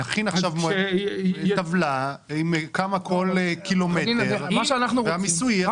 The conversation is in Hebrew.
נכין עכשיו טבלה על כמה כל קילומטר והמיסוי יהיה רציף.